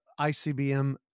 ICBM